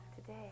today